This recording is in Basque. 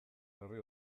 berri